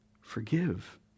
forgive